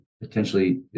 potentially